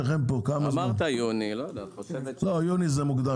אמרת יוני --- יוני זה מוקדם